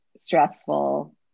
stressful